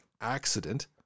accident